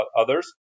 others